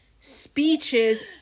speeches